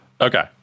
Okay